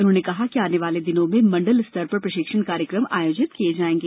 उन्होंने कहा कि आने वाले दिनों में मंडल स्तर पर प्रशिक्षण कार्यक्रम आयोजित किये जाएगे